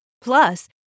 Plus